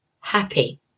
happy